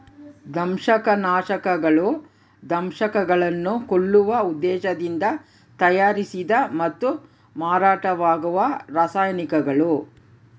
ದಂಶಕನಾಶಕಗಳು ದಂಶಕಗಳನ್ನು ಕೊಲ್ಲುವ ಉದ್ದೇಶದಿಂದ ತಯಾರಿಸಿದ ಮತ್ತು ಮಾರಾಟವಾಗುವ ರಾಸಾಯನಿಕಗಳು